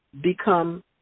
become